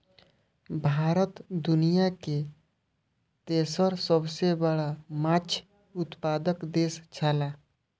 भारत दुनिया के तेसर सबसे बड़ा माछ उत्पादक देश छला